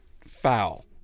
foul